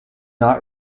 not